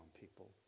people